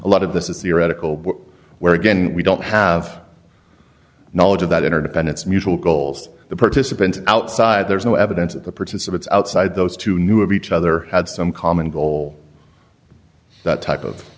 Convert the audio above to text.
a lot of this is the radical where again we don't have knowledge of that interdependence mutual goals the participant outside there is no evidence of the participants outside those two knew of each other had some common goal that type of